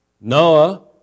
Noah